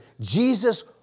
Jesus